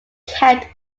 count